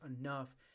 enough